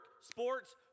sports